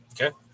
Okay